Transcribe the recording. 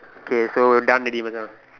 okay so done already Macha